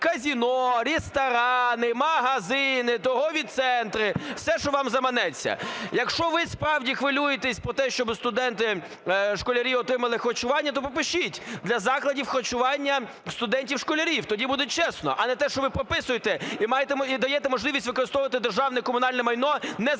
казино, ресторани, магазини, торгові центри – все, що вам заманеться. Якщо ви справді хвилюєтесь про те, щоб студенти, школярі отримали харчування, то пропишіть: для закладів харчування студентів, школярів. Тоді буде чесно. А не те, що ви прописуєте і даєте можливість використовувати державне комунальне майно не за